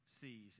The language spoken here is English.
sees